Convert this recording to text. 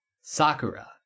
Sakura